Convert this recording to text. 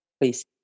please